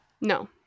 No